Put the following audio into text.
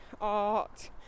art